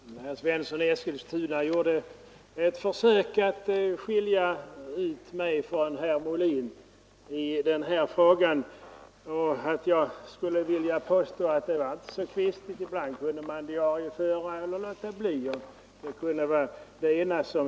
Herr talman! Herr Svensson i Eskilstuna gjorde ett försök att skilja ut mig från herr Molin i den här frågan och menade att jag sagt att det var Diarieföringen inte så allvarligt med registreringen, ibland kunde man diarieföra och inom statsdeparibland kunde man låta bli.